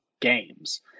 games